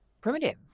primitive